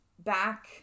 Back